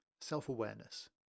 Self-awareness